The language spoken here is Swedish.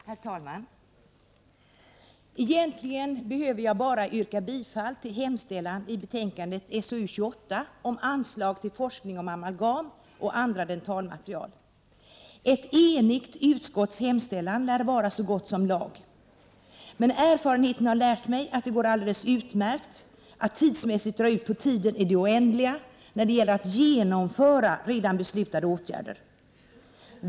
Herr talman! Egentligen behöver jag bara yrka bifall till hemställan i betänkandet SoU28 om anslag till forskning om amalgam och andra dentalmaterial. Ett enigt utskotts hemställan lär vara så gott som lag. Erfarenheten har dock lärt mig att det går alldeles utmärkt att dra ut på tiden i det oändliga när det gäller att genomföra redan beslutade åtgärder.